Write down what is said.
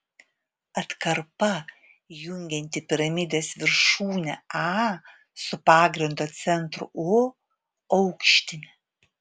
atkarpa jungianti piramidės viršūnę a su pagrindo centru o aukštinė